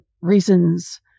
reasons